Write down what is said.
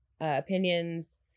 opinions